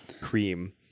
cream